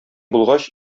булгач